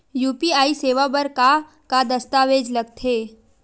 UPI सेवा बर का का दस्तावेज लगथे?